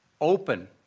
open